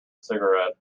cigarette